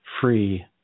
free